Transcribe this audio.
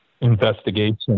investigation